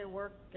work